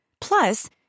Plus